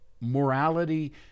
morality